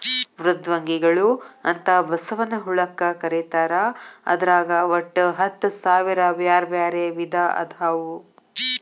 ಮೃದ್ವಂಗಿಗಳು ಅಂತ ಬಸವನ ಹುಳಕ್ಕ ಕರೇತಾರ ಅದ್ರಾಗ ಒಟ್ಟ ಹತ್ತಸಾವಿರ ಬ್ಯಾರ್ಬ್ಯಾರೇ ವಿಧ ಅದಾವು